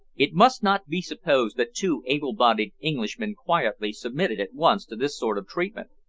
it must not be supposed that two able-bodied englishmen quietly submitted at once to this sort of treatment.